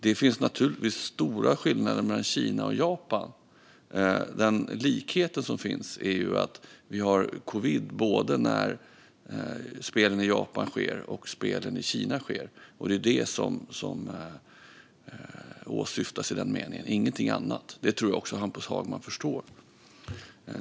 Det finns naturligtvis stora skillnader mellan Kina och Japan. Den likhet som finns är att vi hade covid under spelen i Japan och att vi har covid under spelen i Kina. Det är det som åsyftas i den meningen, ingenting annat. Det tror jag också att Hampus Hagman förstår.